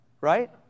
right